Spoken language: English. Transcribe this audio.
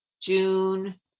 june